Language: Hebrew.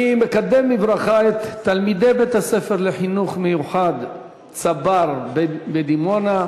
אני מקדם בברכה את תלמידי בית-הספר לחינוך מיוחד "צבר" בדימונה.